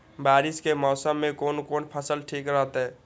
बारिश के मौसम में कोन कोन फसल ठीक रहते?